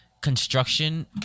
construction